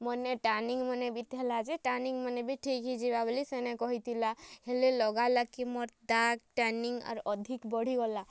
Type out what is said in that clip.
ମର୍ନେ ଟ୍ୟାନିଙ୍ଗ୍ମାନେ ବି ଥିଲା ଯେ ଟ୍ୟାନିଙ୍ଗ୍ମାନେ ବି ଠିକ୍ ହେଇଯିବା ବଲି ସେନେ କହିଥିଲା ହେଲେ ଲଗାଲା କି ମୋର୍ ଦାଗ୍ ଟ୍ୟାନିଙ୍ଗ୍ ଆର୍ ଅଧିକ୍ ବଢ଼ିଗଲା